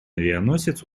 авианосец